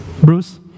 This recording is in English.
Bruce